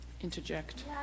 interject